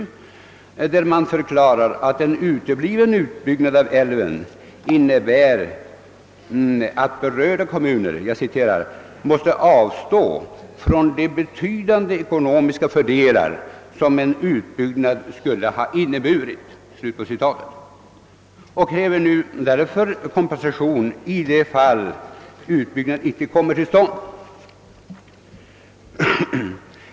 I dessa motioner förklaras nämligen att en utebliven utbyggnad av älven innebär att berörda kommuner »måste avstå från de betydande ekonomiska fördelar som en utbyggnad skulle ha inneburit», och motionärerna kräver därför kompensation i det fall utbyggnad icke kommer till stånd.